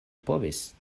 povis